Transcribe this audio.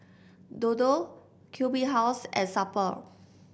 Dodo Q B House and Super